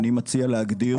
אני מציע להגדיר